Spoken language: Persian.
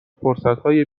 فرصتهای